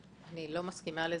אני לא מסכימה לזה.